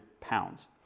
pounds